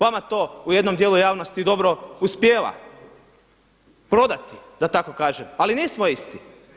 Vama to u jednom dijelu javnosti i dobro uspijeva prodati da tako kažem, ali nismo isti.